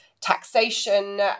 taxation